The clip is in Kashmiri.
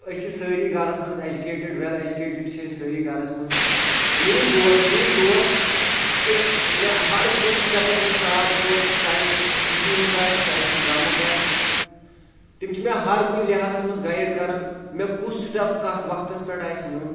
أسۍ چھِ سٲری گَرَس منٛز اٮ۪جُکیٹٕڈ وٮ۪ل اٮ۪جُکیٹٕڈ چھِ أسۍ سٲری گَرَس منٛز میٛٲنۍ دوس میٛٲنۍ دوس چھِ مےٚ ہَر کُنہِ سٕٹٮ۪پَس منٛز ساتھ دِوان چاہے چھُ خوشی ہُنٛد آسہِ چاہے سُہ غَمُک آسہِ تِم چھِ مےٚ ہَر کُنہِ لِحاظَس منٛز گایڈ کَران مےٚ کُس سٕٹٮ۪پ کَتھ وقتَس پٮ۪ٹھ آسہِ نیُن